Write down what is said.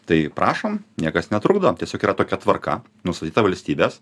tai prašom niekas netrukdo tiesiog yra tokia tvarka nustatyta valstybės